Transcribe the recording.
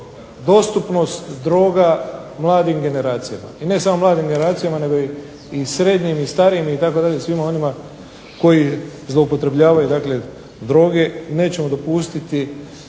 dostupnost droga mladim generacijama i ne samo mladim generacijama nego i srednjim i starijim itd., svima onima koji zloupotrebljavaju dakle droge nećemo dopustiti